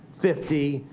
fifty,